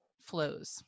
flows